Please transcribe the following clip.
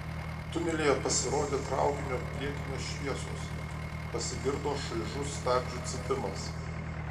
tunelyje pasirodė traukinio priekinės šviesos pasigirdo šaižus stabdžių cypimas